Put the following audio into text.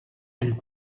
elles